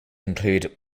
include